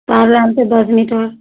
तार लै लेतै दस मीटर